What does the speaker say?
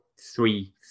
three